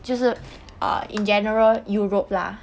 就是 uh in general europe lah